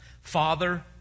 Father